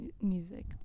music